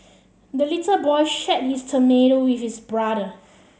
the little boy shared his tomato with his brother